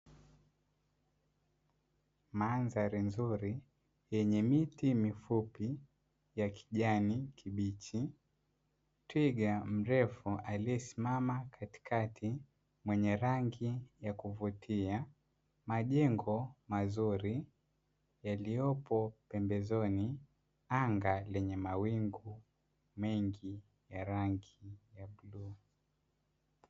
Mandhari nzuri yenye miti mifupi ya kijani kibichi, twiga mrefu aliesimama katikati mwenye rangi ya kuvutia, majengo mazuri yaliopo pembezoni, anga lenye mawingu mengi ya rangi ya bluu.